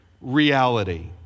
reality